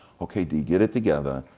okay d, get it together,